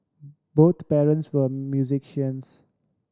both parents were musicians